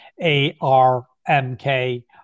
ARMK